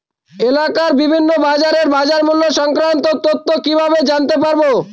এলাকার বিভিন্ন বাজারের বাজারমূল্য সংক্রান্ত তথ্য কিভাবে জানতে পারব?